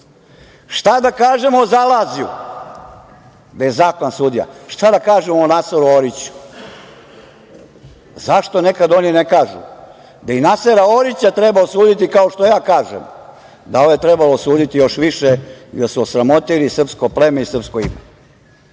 da kažemo o Zalazju gde je zaklan sudija? Šta da kažemo o Naseru Oriću? Zašto nekada oni ne kažu da i Nasera Orića treba osuditi kao što ja kažem da je ove trebalo osuditi još više jer su osramotili srpsko pleme i srpsko ime?